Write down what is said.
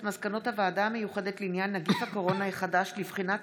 מסקנות הוועדה המיוחדת לעניין נגיף הקורונה החדש ולבחינת